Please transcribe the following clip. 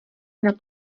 nad